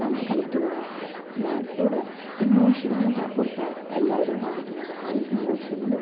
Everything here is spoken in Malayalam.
ഡാൻസ് കളിക്കുന്നട് ആൾക്കാരെ ഡാൻസിലൂടെ ഇമോഷനാണ് പുറത്ത് എല്ലാവരും കാണിക്കുന്നത് ആ ഇമോഷനിൽ